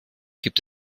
gibt